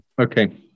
Okay